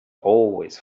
always